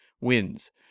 wins